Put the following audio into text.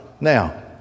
Now